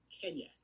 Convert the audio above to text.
Kenya